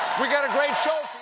we've got a great show